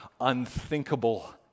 unthinkable